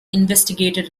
investigated